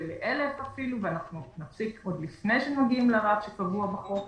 אפילו ל-1,000 ואנחנו נפסיק עוד לפני שנגיע לרף הקבוע בחוק.